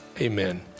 Amen